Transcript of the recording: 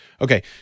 Okay